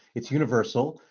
it's universal.